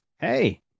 hey